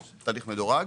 תהליך מדורג.